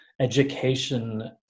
education